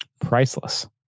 priceless